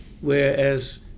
whereas